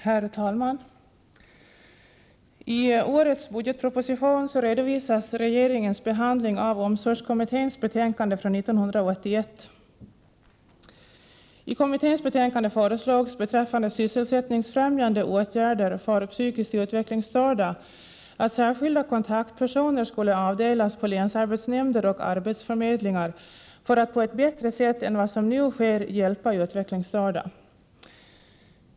Herr talman! I årets budgetproposition redovisas regeringens behandling av omsorgskommitténs betänkande från 1981. I kommitténs betänkande föreslogs beträffande sysselsättningsfrämjande åtgärder för psykiskt utvecklingsstörda att särskilda kontaktpersoner skulle avdelas på länsarbetsnämnder och arbetsförmedlingar för att på ett bättre sätt än vad som nu sker hjälpa utvecklingsstörda.